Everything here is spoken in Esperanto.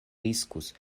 riskus